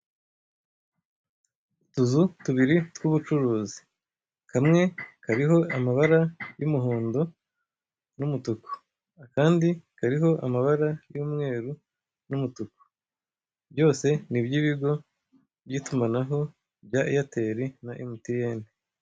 Utuzu tubiri tw'ubucuruzi: kamwe kariho amabara y'umuhondo n'umutuku, akandi kariho amabara y'umweru n'umutuku, byose ni iby' ibigo by'itumanaho bya Airtel na MTN.